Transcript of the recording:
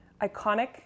iconic